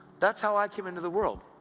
that's how i came into the world!